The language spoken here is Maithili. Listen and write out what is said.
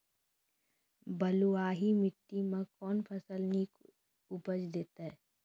बलूआही माटि मे कून फसल नीक उपज देतै?